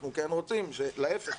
אנחנו כן רוצים להיפך,